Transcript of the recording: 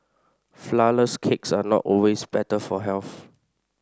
flourless cakes are not always better for health